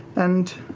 and